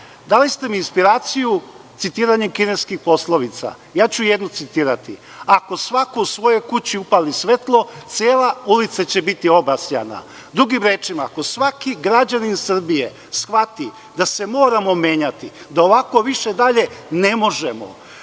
rade. Dali ste mi inspiraciju citiranjem kineskih poslovica. Ja ću jednu citirati: „Ako svako u svojoj kući upali svetlo, cela ulica će biti obasjana“. Drugim rečima, ako svaki građanin Srbije shvati da se moramo menjati, da ovako više dalje ne možemo